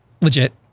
legit